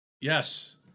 Yes